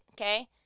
okay